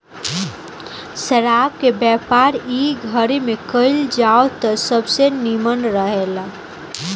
शराब के व्यापार इ घड़ी में कईल जाव त सबसे निमन रहेला